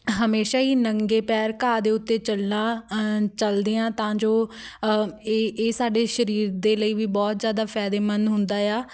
ਹਮੇਸ਼ਾ ਹੀ ਨੰਗੇ ਪੈਰ ਘਾਹ ਦੇ ਉੱਤੇ ਚੱਲਣਾ ਚੱਲਦੇ ਹਾਂ ਤਾਂ ਜੋ ਇਹ ਇਹ ਸਾਡੇ ਸਰੀਰ ਦੇ ਲਈ ਵੀ ਬਹੁਤ ਜ਼ਿਆਦਾ ਫਾਇਦੇਮੰਦ ਹੁੰਦਾ ਆ